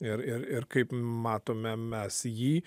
ir ir ir kaip matome mes jį